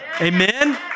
Amen